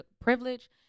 privilege